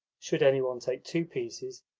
should any one take two pieces,